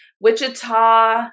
Wichita